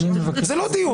זה דיון.